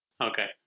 Okay